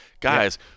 guys